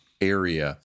area